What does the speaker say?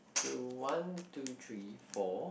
so one two three four